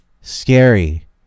Scary